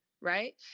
Right